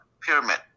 pyramid